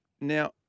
Now